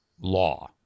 law